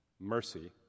Mercy